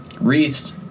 Reese